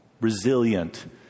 resilient